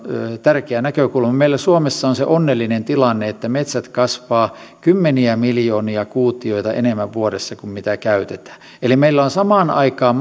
tärkeä näkökulma meillä suomessa on se onnellinen tilanne että metsät kasvavat kymmeniä miljoonia kuutioita enemmän vuodessa kuin mitä käytetään eli meillä on samaan aikaan